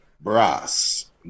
Brass